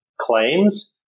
claims